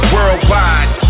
Worldwide